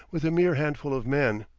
with a mere handful of men.